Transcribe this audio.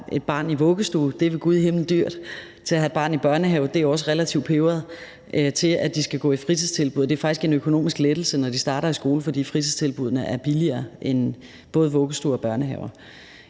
et barn i vuggestue – og det er ved gud i himlen dyrt – over at have et barn i børnehave, hvad der også er relativt pebret, og til at have et barn i fritidstilbud. Det er faktisk en økonomisk lettelse, når børnene starter i skole, fordi fritidstilbuddene er billigere end både vuggestuer og børnehaver.